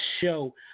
show